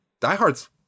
Diehards